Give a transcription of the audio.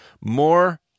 more